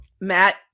Matt